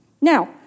Now